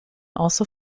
also